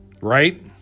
Right